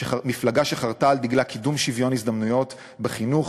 מפלגה שחרתה על דגלה קידום שוויון הזדמנויות בחינוך,